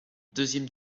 deuxième